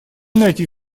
найти